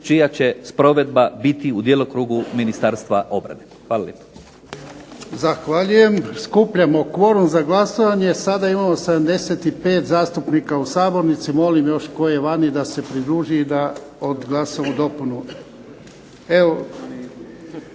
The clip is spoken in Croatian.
čija će provedba biti u djelokrugu Ministarstva obrane. Hvala